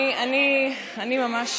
אני ממש